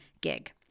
gig